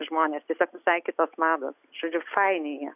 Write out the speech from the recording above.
žmonės tiesiog visai kitos mados žodžiui fainei